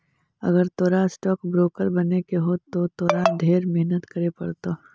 अगर तोरा stock broker बने के हो त तोरा ढेर मेहनत करे पड़तो